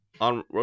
on